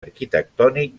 arquitectònic